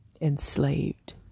enslaved